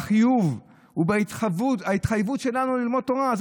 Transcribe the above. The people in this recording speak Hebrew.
בחיוב ובהתחייבות שלנו ללמוד תורה.